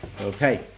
okay